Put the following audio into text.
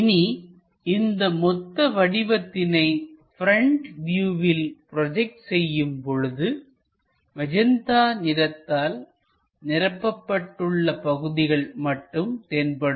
இனி இந்த மொத்த வடிவத்தினை ப்ரெண்ட் வியூவில் ப்ரோஜெக்ட் செய்யும் பொழுது மெஜந்தா நிறத்தால் நிரப்பப்பட்டுள்ள பகுதிகள் மட்டும் தென்படும்